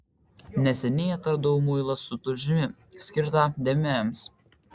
neseniai atradau muilą su tulžimi skirtą dėmėms